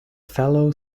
fellow